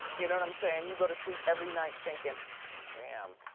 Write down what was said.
you know what i'm sayin'? you go to sleep every night thinkin' damn,